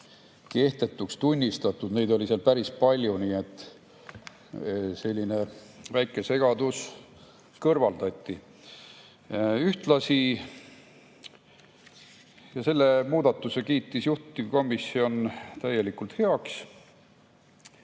kehtetuks tunnistatud. Neid oli seal päris palju. Nii et selline väike segadus kõrvaldati. Selle muudatuse kiitis juhtivkomisjon täielikult heaks.